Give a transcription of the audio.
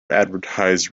advertise